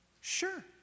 Sure